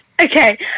Okay